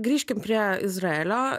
grįžkim prie izraelio